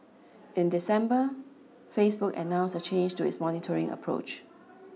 in December Facebook announced a change to its monitoring approach